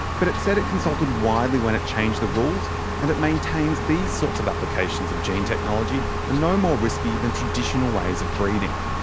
but it said it consulted widely when it changed the rules and it maintains these sorts of applications of gene technology are no more risky than traditional ways of breeding.